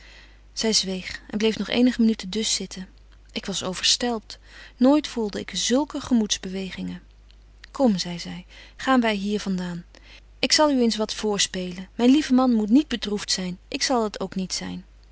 zy zweeg en bleef nog eenige minuten dus zitten ik was overstelpt nooit voelde ik zulke gemoeds bewegingen kom zei zy gaan wy hier van daan ik zal u eens wat voorspelen myn lieve man moet niet bedroeft zyn ik zal t ook niet